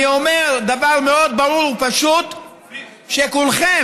אני אומר דבר מאוד ברור ופשוט: כולכם,